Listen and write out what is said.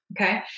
Okay